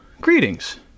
greetings